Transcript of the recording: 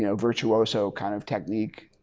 you know virtuoso kind of technique.